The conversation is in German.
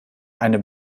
eine